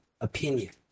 opinion